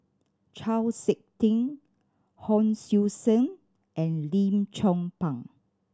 Chau Sik Ting Hon Sui Sen and Lim Chong Pang